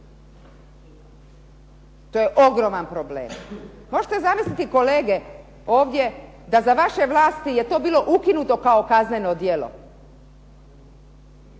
To je ogroman problem. Možete zamisliti kolege ovdje da za vaše vlasti je to bilo ukinuto kao kazneno djelo.